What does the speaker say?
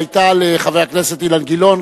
היתה לחבר הכנסת אילן גילאון,